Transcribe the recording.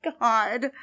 God